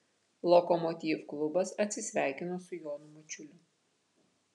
lokomotiv klubas atsisveikino su jonu mačiuliu